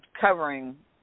covering